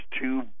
two